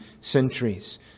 centuries